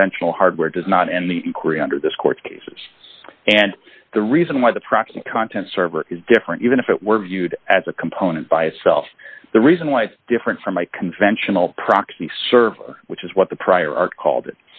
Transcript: conventional hardware does not in the inquiry under this court cases and the reason why the proxy content server is different even if it were viewed as a component by itself the reason why different from my conventional proxy server which is what the prior are called it